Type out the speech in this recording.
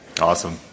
Awesome